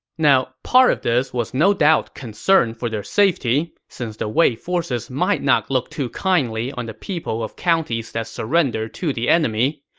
now part of this was no doubt concern for their safety, since the wei forces might not look too kindly on the people of counties that surrendered to the enemy.